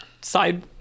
side